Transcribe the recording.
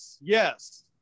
yes